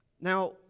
Now